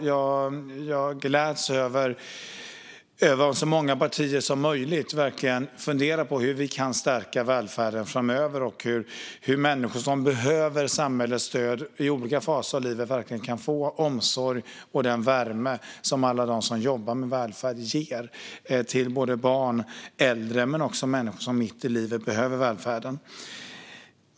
Jag gläds över att så många partier som möjligt verkligen funderar på hur vi kan stärka välfärden framöver och hur människor som behöver samhällets stöd i olika faser av livet verkligen kan få omsorg och den värme som alla som jobbar med välfärd ger till både barn och äldre men också till människor som mitt i livet behöver välfärden.